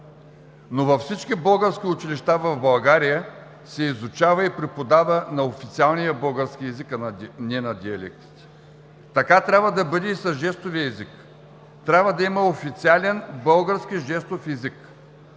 но във всички български училища в България се изучава и преподава на официалния български език, а не на диалект. Така трябва да бъде и с жестовия език. Трябва да има официален български жестов език.